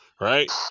Right